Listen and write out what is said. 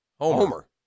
Homer